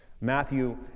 Matthew